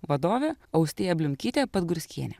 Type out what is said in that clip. vadovė austėja bliumkytė padgurskienė